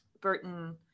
Burton